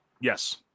Yes